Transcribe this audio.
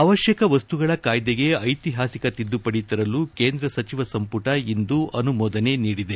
ಅವಶ್ಠಕ ವಸ್ತುಗಳ ಕಾಯ್ದೆಗೆ ಐತಿಪಾಸಿಕ ತಿದ್ದುಪಡಿ ತರಲು ಕೇಂದ್ರ ಸಚಿವ ಸಂಪುಟ ಇಂದು ಅನುಮೋದನೆ ನೀಡಿದೆ